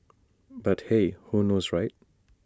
but hey who knows right